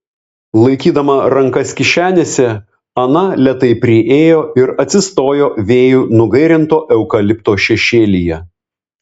laikydama rankas kišenėse ana lėtai priėjo ir atsistojo vėjų nugairinto eukalipto šešėlyje